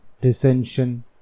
dissension